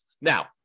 Now